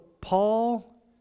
Paul